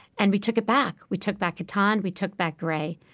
and we took it back. we took back catan. we took back gray.